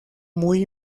muy